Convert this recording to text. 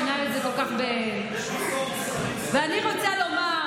שמנהל את זה בכל כך אני רוצה לומר,